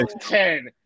ten